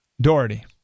Doherty